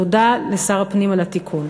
תודה לשר הפנים על התיקון.